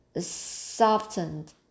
softened